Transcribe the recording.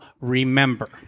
remember